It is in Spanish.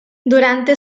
durante